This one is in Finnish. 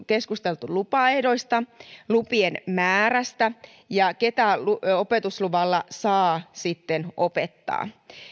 keskusteltu lupaehdoista lupien määrästä ja siitä ketä opetusluvalla saa sitten opettaa